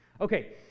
Okay